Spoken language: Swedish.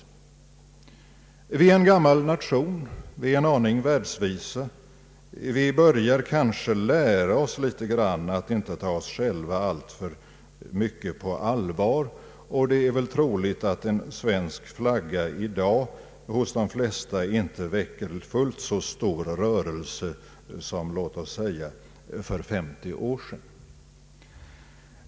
Vi är en gammal nation, vi är en aning världsvisa och börjar kanske lära oss litet grand att inte ta oss själva alltför mycket på allvar. Det är väl troligt att en svensk flagga i dag hos de flesta inte väcker så stor rörelse som låt oss säga för exempelvis 50 år sedan.